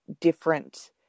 different